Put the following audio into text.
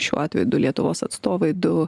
šiuo atveju du lietuvos atstovai du